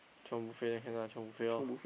chiong buffet can lah chiong buffet lor